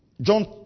John